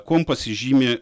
kuom pasižymi